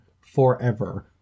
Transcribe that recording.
forever